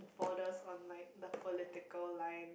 borders on like the political line